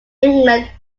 england